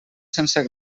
sense